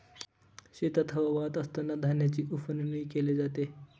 शेतात हवा वाहत असतांना धान्याची उफणणी केली जाते